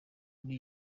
muri